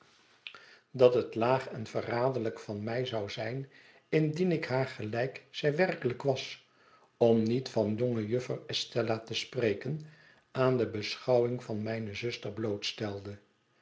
dat het laag en verraderlijk van mijjzou zijn indien ik haar gelijk zij werkelijk was om niet van jonge juffer estella te spreken aan de beschouwing van mijne zuster